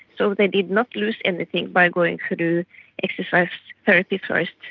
so they did not lose anything by going through exercise therapy first.